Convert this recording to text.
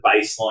baseline